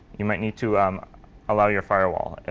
you might need to allow your firewall, and